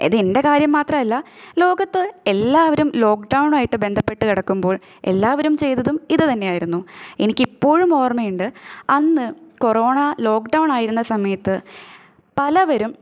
ഇത് എൻ്റെ കാര്യം മാത്രമല്ല ലോകത്ത് എല്ലാവരും ലോക്ക്ഡൌൺ ആയിട്ട് ബന്ധപ്പെട്ട് കിടക്കുമ്പോൾ എല്ലാവരും ചെയ്തതും ഇത് തന്നെയായിരുന്നു എനിക്കിപ്പോഴും ഓർമ്മയുണ്ട് അന്ന് കൊറോണ ലോക്ക്ഡൌൺ ആയിരുന്ന സമയത്ത് പലരും